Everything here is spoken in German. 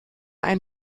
ein